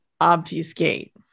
obfuscate